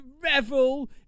revel